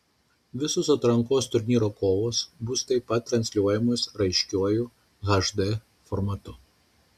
visos atrankos turnyro kovos bus taip pat transliuojamos raiškiuoju hd formatu